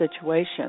situation